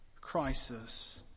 crisis